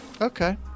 okay